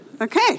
okay